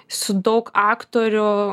su daug aktorių